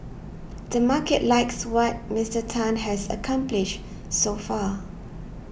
the market likes what Mister Tan has accomplished so far